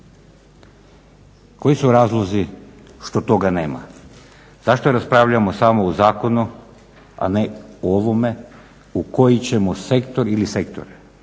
Koji su razlozi što toga nema, zašto raspravljamo samo o zakonu, a ne o ovome u koji ćemo sektor ili sektore,